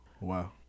Wow